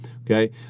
Okay